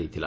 ଦେଇଥିଲା